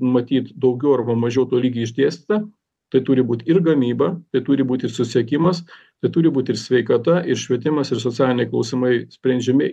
matyt daugiau arba mažiau tolygiai išdėstytą tai turi būt ir gamyba tai turi būti susiekimas tai turi būt ir sveikata ir švietimas ir socialiniai klausimai sprendžiami